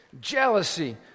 jealousy